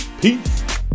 peace